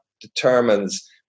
determines